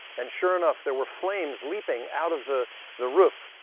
and sure enough, there were flames leaping out of the the roof.